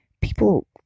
people